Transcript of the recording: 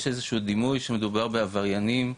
יש איזשהו דימוי שמדובר בעבריינים,